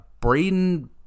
Braden